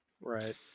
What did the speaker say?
Right